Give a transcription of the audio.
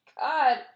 God